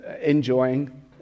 enjoying